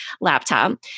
laptop